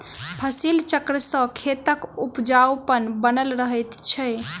फसिल चक्र सॅ खेतक उपजाउपन बनल रहैत छै